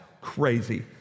crazy